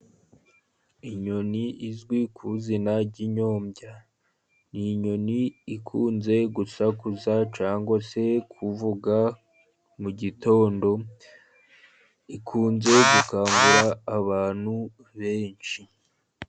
Inyoni izwi ku izina ry'inyombya. Ni inyoni ikunze gusakuza cyangwa se kuvuga mu gitondo, ikunze gukangura abantu benshi.